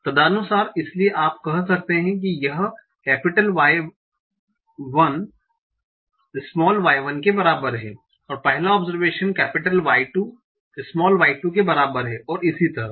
और तदनुसार इसलिए आप कह सकते हैं कि यह Y 1 y 1 के बराबर है पहला ओबसरवेशन Y 2 y2 के बराबर है और इसी तरह